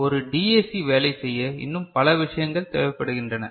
ஒரு டிஏசி வேலை செய்ய இன்னும் பல விஷயங்கள் தேவைப்படுகின்றன